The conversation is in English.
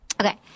Okay